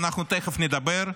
אנחנו תכף נדבר,